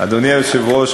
אדוני היושב-ראש,